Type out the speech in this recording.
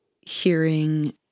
hearing